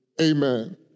amen